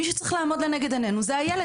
מי שצריך לעמוד לנגד עינינו זה הילד.